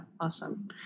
Awesome